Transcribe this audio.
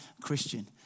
Christian